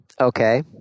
Okay